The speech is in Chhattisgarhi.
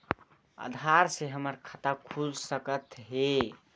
आधार से हमर खाता खुल सकत हे?